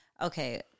Okay